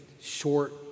short